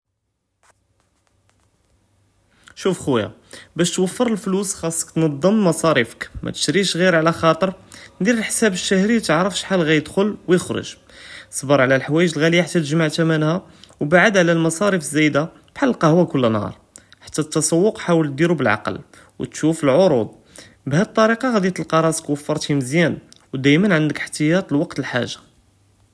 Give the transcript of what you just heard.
שוף חויא, באש תוופר אלפלוס חסכ תקנז מסארפיק, מתשריש גור עלא חאטר, דיר אלחשאב א-שהרי תערף שחל גאיד'חל ו יחרג, סבר עלא אלחוואיג אלע'ליה חתא תאג'מע תימנה, ובעד עלא אלמסארפ זאידה, כחאל אלקוה כל נהאר, חתא א-תסווק חאול תדירו בלאקל, ו תשוטף אלערוד, בהאד אלטריקה גאדי תלקא ראסק ופרת מזיאן, ודאימאן ענדכ איחתיאט לקות אלעאג'ה.